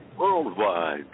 Worldwide